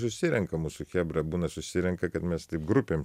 susirenka mūsų chebra būna susirenka kad mes taip grupėm